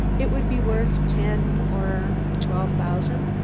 it would be worth ten or twelve thousand.